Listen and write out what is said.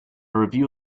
review